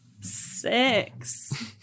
six